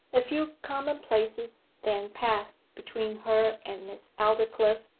a few commonplaces then passed between her and miss aldclyffe,